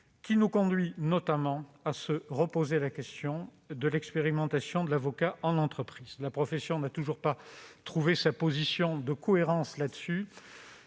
doit nous conduire à poser de nouveau la question de l'expérimentation de l'avocat en entreprise. La profession n'a toujours pas trouvé sa position de cohérence en